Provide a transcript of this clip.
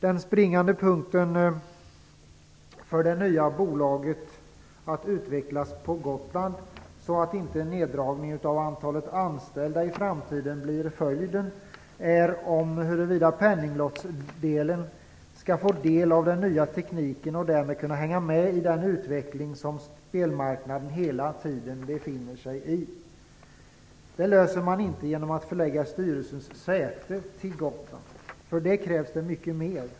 Den springande punkten för att det nya bolaget på Gotland skall kunna utvecklas utan att det blir en neddragning av antalet anställda i framtiden är att Penninglotteriets enhet kan få del av den nya tekniken och därmed kan hänga med i den utveckling som spelmarknaden hela tiden befinner sig i. Det löser man inte genom att förlägga styrelsens säte till Gotland. Det krävs mycket mer.